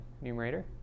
numerator